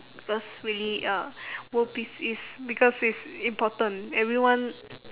because really uh world peace is because it's important everyone